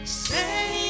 say